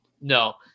No